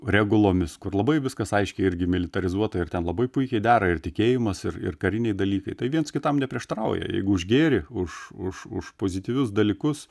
regulomis kur labai viskas aiškiai irgi militarizuota ir ten labai puikiai dera ir tikėjimas ir ir kariniai dalykai tai viens kitam neprieštarauja jeigu už gėrį už už už pozityvius dalykus